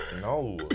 No